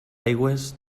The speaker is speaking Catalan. aigües